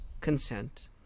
consent